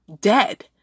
dead